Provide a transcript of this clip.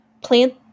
plant